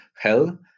hell